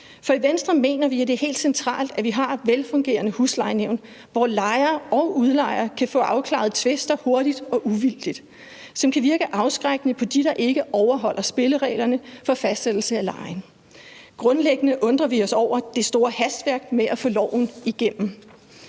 For i Venstre mener vi, at det er helt centralt, at vi har et velfungerende huslejenævn, hvor lejere og udlejere kan få afklaret tvister hurtigt og uvildigt, og som kan virke afskrækkende på dem, der ikke overholder spillereglerne for fastsættelse af lejen. Grundlæggende undrer vi os over det store hastværk med at få loven igennem.